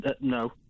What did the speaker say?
No